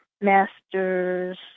masters